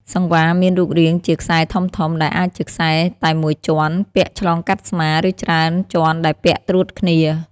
សង្វារមានរូបរាងជា ខ្សែធំៗ ដែលអាចជាខ្សែតែមួយជាន់ ពាក់ឆ្លងកាត់ស្មា ឬច្រើនជាន់ដែលពាក់ត្រួតគ្នា។